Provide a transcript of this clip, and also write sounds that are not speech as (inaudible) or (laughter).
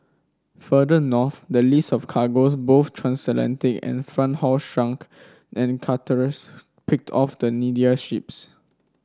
further north the list of cargoes both transatlantic and front haul shrunk and (unintelligible) picked off the needier ships